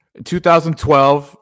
2012